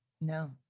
No